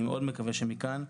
אני מקווה מאוד שמכאן,